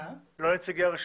לא.